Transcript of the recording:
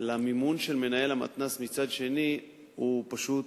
ובין המימון של מנהל המתנ"ס מצד שני הוא פשוט